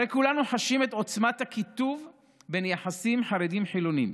הרי כולנו חשים את עוצמת הקיטוב ביחסים שבין חרדים לחילונים.